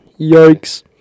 Yikes